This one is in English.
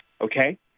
okay